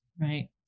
Right